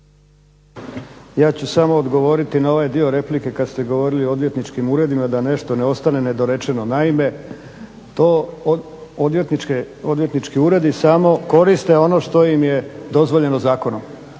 Ja ću samo odgovoriti na ovaj dio replike kad ste govorili o odvjetničkim uredima da nešto ne ostane nedorečeno. Naime, to odvjetnički uredi samo koriste ono što im je dozvoljeno zakonom,